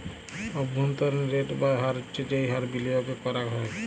অব্ভন্তরীন রেট বা হার হচ্ছ যেই হার বিলিয়গে করাক হ্যয়